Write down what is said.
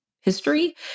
history